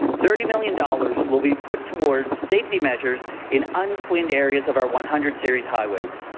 thirty million dollars will be put towards safety measures in untwined areas of our one hundred series highways.